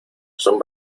son